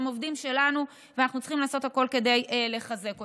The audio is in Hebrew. הם עובדים שלנו ואנחנו צריכים לעשות הכול כדי לחזק אותם.